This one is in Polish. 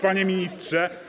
Panie Ministrze!